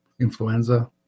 influenza